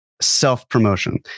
self-promotion